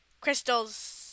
Crystal's